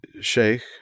sheikh